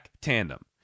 tandem